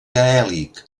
gaèlic